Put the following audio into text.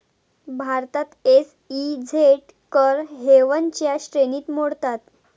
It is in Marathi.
भारतात एस.ई.झेड कर हेवनच्या श्रेणीत मोडतात